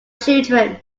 children